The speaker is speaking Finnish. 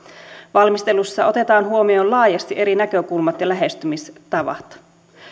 valmistelussa otetaan huomioon laajasti eri näkökulmat ja lähestymistavat